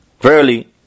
Verily